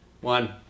One